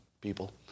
people